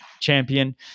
champion